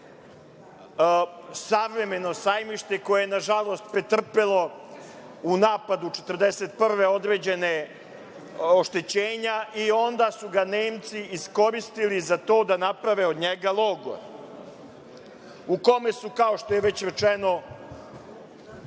savremeno sajmište koje je, nažalost, pretrpelo u napadu 1941. godine određena oštećenja i onda su ga Nemci iskoristili za to da naprave od njega logor u kome su, kao što je već rečeno,